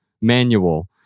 manual